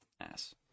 ass